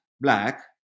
black